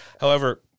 However-